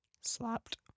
Slapped